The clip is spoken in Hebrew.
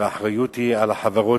והאחריות לבדוק היא על החברות,